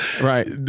Right